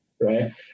Right